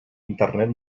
internet